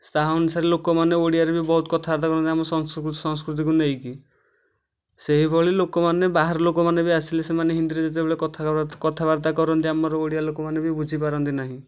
ସାହା ଅନୁସାରେ ଲୋକମାନେ ଓଡ଼ିଆରେ ବି ବହୁତ କଥାବାର୍ତ୍ତା କରନ୍ତି ଆମ ସଂ ସଂସ୍କୃତିକୁ ନେଇକି ସେହିଭଳି ଲୋକମାନେ ବାହାର ଲୋକମାନେ ବି ଆସିଲେ ସେମାନେ ହିନ୍ଦୀରେ ଯେତେବେଳେ କଥା କଥାବାର୍ତ୍ତା କରନ୍ତି ଆମର ଓଡ଼ିଆ ଲୋକମାନେ ବି ବୁଝିପାରନ୍ତି ନାହିଁ